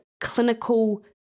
clinical